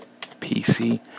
PC